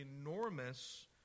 enormous